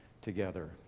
together